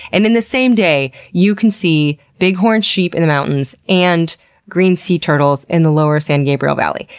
and in the same day you can see bighorn sheep in the mountains and green sea turtles in the lower san gabriel valley.